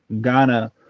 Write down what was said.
Ghana